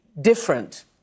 different